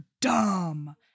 dumb